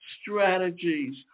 strategies